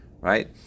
Right